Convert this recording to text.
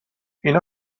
اینا